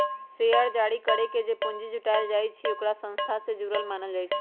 share जारी करके जे पूंजी जुटाएल जाई छई ओकरा संस्था से जुरल मानल जाई छई